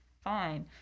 fine